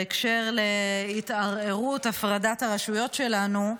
בהקשר של התערערות הפרדת הרשויות שלנו,